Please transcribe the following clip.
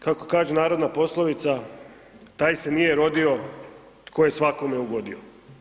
Kako kaže narodna poslovica, taj se nije rodio tko je svakome ugodio.